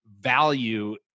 value